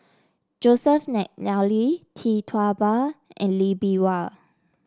Joseph McNally Tee Tua Ba and Lee Bee Wah